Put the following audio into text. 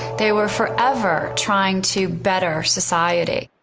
they were forever trying to better society,